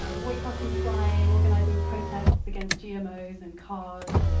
ah boycotting flying, organizing protests against gmos, and cars,